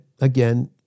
again